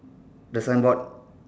the sign board